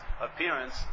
appearance